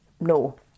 No